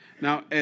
Now